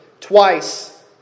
Twice